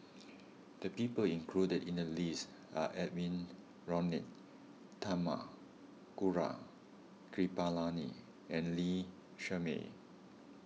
the people included in the list are Edwy Lyonet Talma Gaurav Kripalani and Lee Shermay